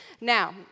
Now